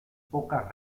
pocas